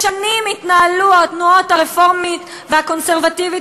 שנים התנהלו התנועה הרפורמית והתנועה הקונסרבטיבית